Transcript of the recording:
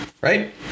right